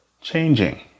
changing